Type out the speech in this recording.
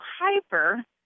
hyper